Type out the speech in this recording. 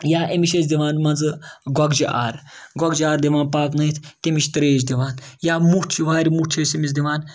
یا أمِس چھِ أسۍ دِوان منٛزٕ گۄگجہِ آرٕ گۄگجہِ آر دِوان پاکنٲوِتھ تمِچ ترٛیش دِوان یا مُٹھ چھُ وارِ مُٹھ چھِ أسۍ أمِس دِوان